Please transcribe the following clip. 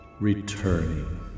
returning